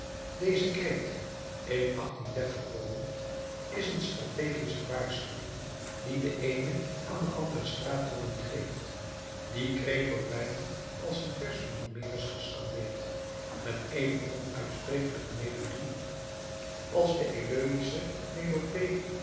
deze kreet in beroemd is een strategische waarschuwing die de eene aan den anderen straatjongen geeft die kreet wordt bijna als een vers van homerus gescandeerd met even onuitsprekelijke melodie als de eleusische melopée